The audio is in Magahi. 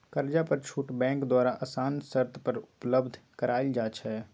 कर्जा पर छुट बैंक द्वारा असान शरत पर उपलब्ध करायल जाइ छइ